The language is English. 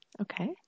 Okay